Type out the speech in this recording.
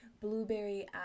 blueberry